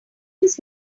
his